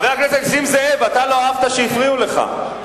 חבר הכנסת זאב, אתה לא אהבת שהפריעו לך.